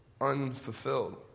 unfulfilled